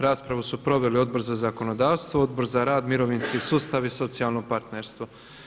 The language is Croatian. Raspravu su proveli Odbor za zakonodavstvo, Odbor za rad, mirovinski sustav i socijalno partnerstvo.